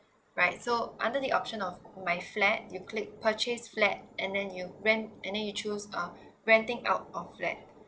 right so under the option of my flat you click purchase flat and then you rent and then you choose uh renting out of flat